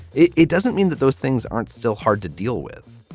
it it doesn't mean that those things aren't still hard to deal with